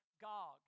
Gog